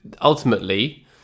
ultimately